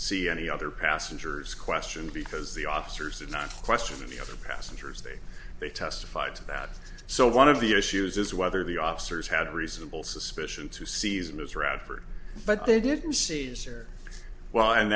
see any other passengers question because the officers did not question the other passengers they they testified to that so one of the issues is whether the officers had reasonable suspicion to season as radford but they didn't seize or well and